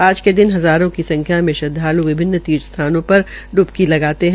आज के दिन हज़ारों की संख्या में श्रदवालु विभिन्न तीर्थ स्थानों पर ड्बकी लगाते है